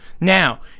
Now